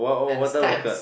and stamps